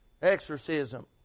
Exorcism